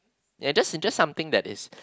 ya just just something that is